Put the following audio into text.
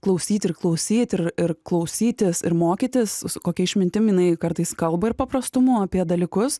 klausyt ir klausyt ir ir klausytis ir mokytis su kokia išmintim jinai kartais kalba ir paprastumu apie dalykus